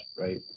Right